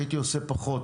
הייתי עושה פחות,